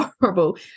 horrible